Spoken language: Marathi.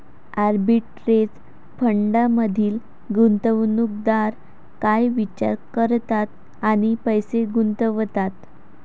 आर्बिटरेज फंडांमधील गुंतवणूकदार काय विचार करतात आणि पैसे गुंतवतात?